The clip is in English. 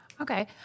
Okay